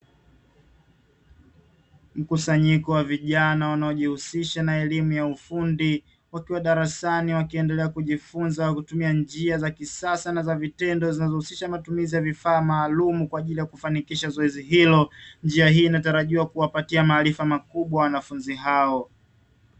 Mkusanyiko wa vijana wanaojihusisha na elimu ya ufundi, wakiwa darasani wakiendelea kujifunza kwa kutumia njia za kisasa na zavitendo zinazohusisha matumizi ya vifaa maalumu kwa ajili ya kufanikisha zoezi hilo, njia hii inatarajiwa kuwapatia maarifa makubwa wanafunzi hao.